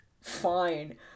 fine